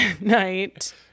night